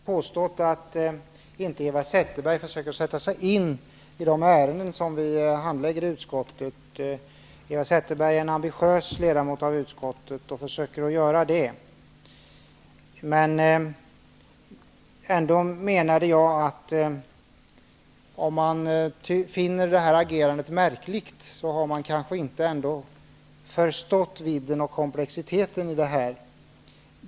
Herr talman! Jag har aldrig påstått att Eva Zetterberg inte försöker sätta sig in i de ärenden som vi handlägger i utskottet. Jag intygar gärna att Eva Zetterberg är en ambitiös ledamot av utskottet. Vad jag menade var att om man finner utskottsmajoritetens agerande märkligt, har man kanske ändå inte förstått ärendets vidd och komplexitet.